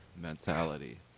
mentality